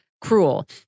cruel